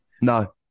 No